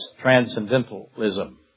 Transcendentalism